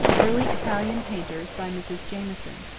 early italian painters by mrs. jameson.